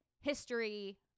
history